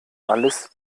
alles